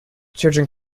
children